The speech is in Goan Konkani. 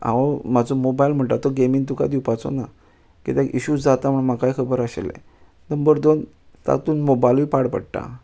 हांव म्हजो मोबायल म्हणटा तो गेमीन तुका दिवपाचो ना किद्याक इशूज जाता म्हण म्हाकाय खबर आशिल्लें नंबर दोन तातून मोबायलूय पाड पडटा